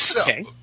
Okay